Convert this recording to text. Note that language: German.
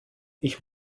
ich